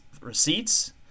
receipts